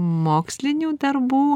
mokslinių darbų